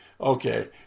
okay